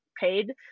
paid